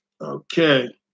Okay